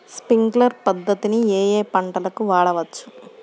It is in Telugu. స్ప్రింక్లర్ పద్ధతిని ఏ ఏ పంటలకు వాడవచ్చు?